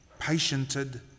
patiented